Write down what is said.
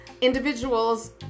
Individuals